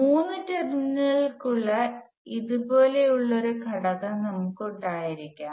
മൂന്ന് ടെർമിനലുകളുള്ള ഇതുപോലുള്ള ഒരു ഘടകം നമുക്ക് ഉണ്ടായിരിക്കാം